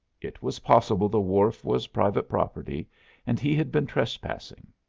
it was possible the wharf was private property and he had been trespassing.